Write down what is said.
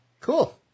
Cool